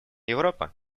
европа